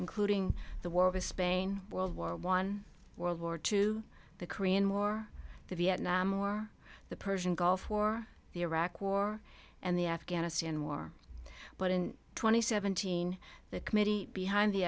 including the war with spain world war one world war two the korean war the vietnam war the persian gulf war the iraq war and the afghanistan war but in twenty seventeen the committee behind the